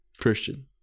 Christian